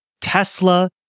Tesla